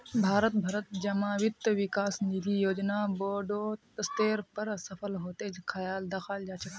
भारत भरत जमा वित्त विकास निधि योजना बोडो स्तरेर पर सफल हते दखाल जा छे